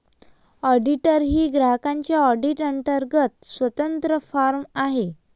auditor ही ग्राहकांच्या audit अंतर्गत स्वतंत्र फर्म आहे